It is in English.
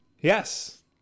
Yes